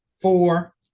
four